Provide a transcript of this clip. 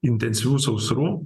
intensyvių sausrų